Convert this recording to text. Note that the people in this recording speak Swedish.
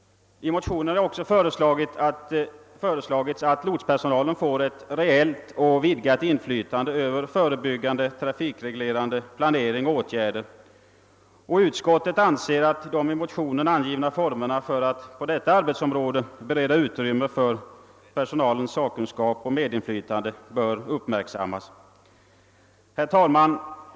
I motionen har också föreslagits att lotspersonalen får ett reellt och vidgat inflytande över förebyggande, trafikreglerande planering och åtgärder, och utskottet anser att de i motionen angivna formerna för att på detta arbetsområde bereda utrymme för personalens sakkunskap och medinflytande bör uppmärksammas. Herr talman!